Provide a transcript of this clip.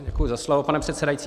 Děkuji za slovo, pane předsedající.